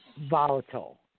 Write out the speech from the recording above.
volatile